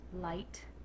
light